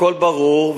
הכול ברור,